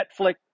Netflix